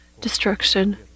destruction